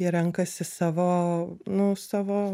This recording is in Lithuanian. jie renkasi savo nu savo